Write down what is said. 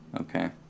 okay